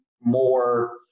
more